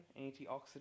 antioxidant